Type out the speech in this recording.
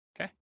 Okay